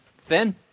Thin